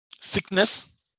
sickness